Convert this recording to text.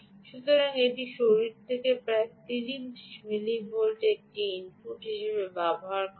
সুতরাং এটি শরীর থেকে প্রায় 30 মিলিভোল্টের একটি ইনপুট হিসাবে দেয়